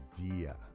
idea